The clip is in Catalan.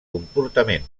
comportament